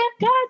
God